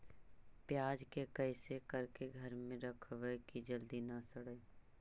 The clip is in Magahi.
प्याज के कैसे करके घर में रखबै कि जल्दी न सड़ै?